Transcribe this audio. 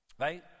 Right